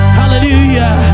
hallelujah